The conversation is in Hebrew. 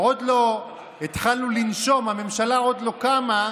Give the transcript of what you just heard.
עוד לא התחלנו לנשום, הממשלה עוד לא קמה,